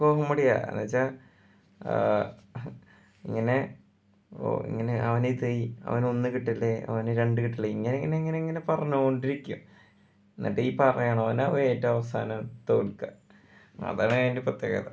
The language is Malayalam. കോമഡിയാണ് എന്നു വെച്ചാൽ ഇങ്ങനെ ഓ ഇങ്ങനെ അവനേത്യ്യ് അവന് ഒന്ന് കിട്ടല്ലേ അവന് രണ്ട് കിട്ടല്ലേ ഇങ്ങനെ ഇങ്ങനെ ഇങ്ങനെ പറഞ്ഞ് കൊണ്ടേ ഇരിക്കും എന്നിട്ട് ഈ പറയുന്നവനാകും ഏറ്റവും അവസാനം തോൽക്കുക അതാണ് അതിൻ്റെ പ്രത്യേകത